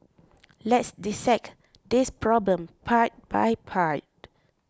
let's dissect this problem part by part